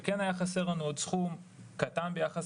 שכן היה חסר לנו עוד סכום קטן ביחס